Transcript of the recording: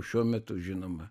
šiuo metu žinoma